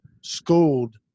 schooled